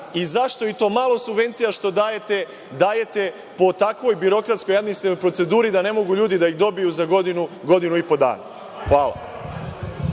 i zašto i to malo subvencija što dajete, dajete po takvoj birokratskoj i administrativnoj proceduri da ne mogu ljudi da ih dobiju za godinu, godinu i po dana. Hvala.